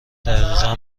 دقیقا